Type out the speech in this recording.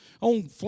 on